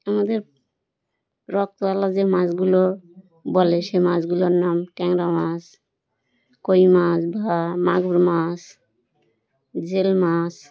আমাদের রক্তাওয়ালা যে মাছগুলো বলে সে মাছগুলোর নাম ট্যাংরা মাছ কই মাছ বা মাগুর মাছ জেল মাছ